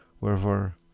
Wherefore